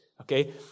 okay